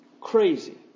crazy